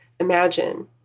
Imagine